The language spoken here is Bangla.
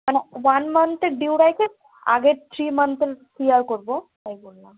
মানে ওয়ান মান্থের ডিউ রাইখে আগের থ্রি মান্থের ক্লিয়ার করবো তাই বললাম